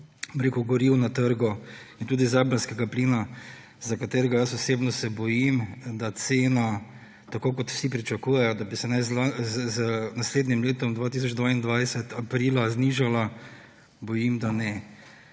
goriv na trgu in tudi zemeljskega plina, za katerega se osebno bojim, da cena, tako kot vsi pričakujejo, da naj bi se z naslednjim letom 2022 aprila znižala, se bojim, da ne.